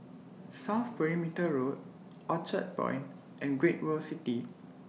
South Perimeter Road Orchard Point and Great World City